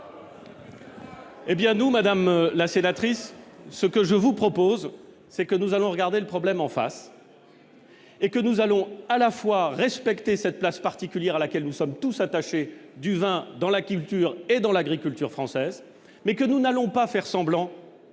Eh bien nous, madame la sénatrice, ce que je vous propose, c'est que nous allons regarder le problème en face et que nous allons à la fois respecter cette place particulière à laquelle nous sommes tous attachés du vin dans l'activité et dans l'agriculture française, mais que nous n'allons pas faire semblant